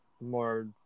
more